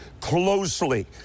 closely